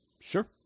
Sure